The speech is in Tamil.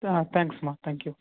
தேங்க்ஸ் மா தேங்க்யூ